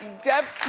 deb